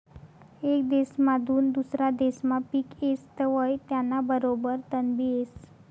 येक देसमाधून दुसरा देसमा पिक येस तवंय त्याना बरोबर तणबी येस